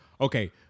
Okay